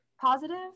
Positive